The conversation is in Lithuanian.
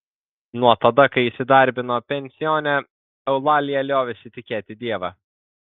nuo tada kai įsidarbino pensione eulalija liovėsi tikėti dievą